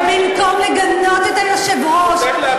ובמקום לגנות את היושב-ראש, הוא דואג להטיף מוסר.